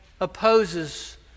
opposes